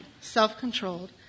self-controlled